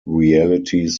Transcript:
realities